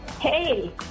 Hey